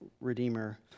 Redeemer